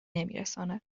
نمیرساند